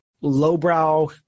lowbrow